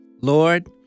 Lord